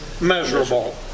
measurable